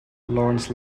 lawrence